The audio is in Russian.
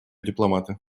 дипломаты